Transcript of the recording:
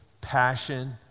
passion